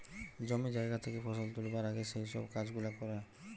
জমি জায়গা থেকে ফসল তুলবার আগে যেই সব কাজ গুলা করে